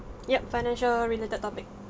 ya financial related topic